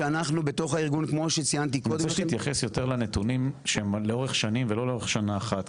אני רוצה שתתייחס יותר לנתונים שהם לאורך שנים ולא לאורך שנה אחת,